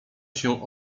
się